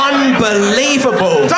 Unbelievable